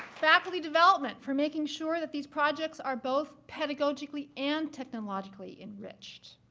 faculty development for making sure that these projects are both pedagogically and technologically enriched.